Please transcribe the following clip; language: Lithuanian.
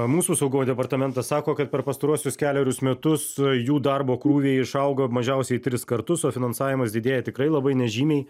mūsų saugumo departamentas sako kad per pastaruosius kelerius metus jų darbo krūviai išaugo mažiausiai tris kartus o finansavimas didėja tikrai labai nežymiai